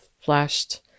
flashed